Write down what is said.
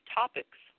topics